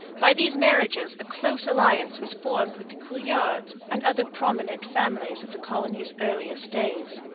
by these marriages a close alliance was formed with the couillards and other prominent families of the colony's earliest days.